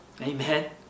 Amen